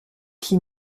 qui